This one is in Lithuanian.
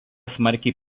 smarkiai